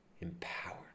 empowered